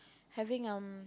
having um